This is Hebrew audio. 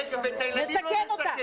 רגע, ואת הילדים לא נסכן?